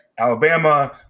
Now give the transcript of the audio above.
Alabama